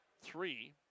three